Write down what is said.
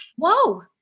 whoa